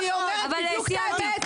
אני אומרת בדיוק את האמת.